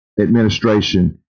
administration